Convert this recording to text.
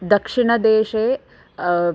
दक्षिणदेशे